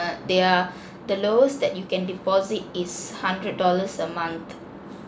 uh their the lowest that you can deposit is hundred dollars a month